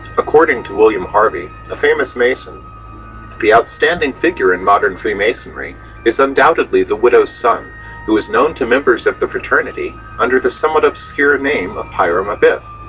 according to william harvey, a famous mason the outstanding figure in modern freemasonry is undoubtedly the widow's son who is known to members of the fraternity under the somewhat obscure name of hiram abiff.